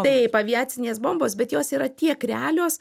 taip aviacinės bombos bet jos yra tiek realios